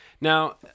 Now